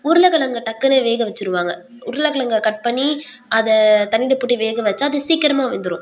உருளக்கிழங்க டக்குனு வேக வச்சுடுவாங்க உருளக்கிழங்க கட் பண்ணி அதை தண்ணியில் போட்டு வேக வச்சால் அது சீக்கரமாக வெந்துவிடும்